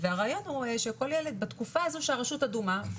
והרעיון הוא שכל ילד בתקופה הזו שהרשות אדומה,